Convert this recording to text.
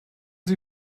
sie